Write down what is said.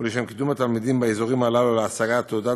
ולשם קידום התלמידים באזורים הללו להשגת תעודת